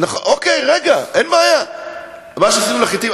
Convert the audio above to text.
בסדר, מה שעשינו לחתים.